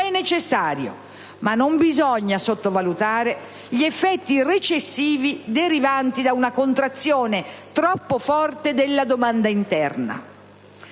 è necessario, ma non bisogna sottovalutare gli effetti recessivi derivanti da una contrazione troppo forte della domanda interna.